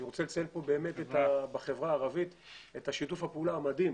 אני רוצה לציין כאן את שיתוף הפעולה המדהים